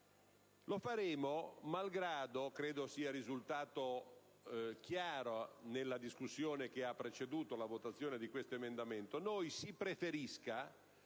Lo faremo malgrado - credo sia risultato chiaro nella discussione che ha preceduto la votazione di questo emendamento - noi si preferisca